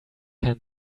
hand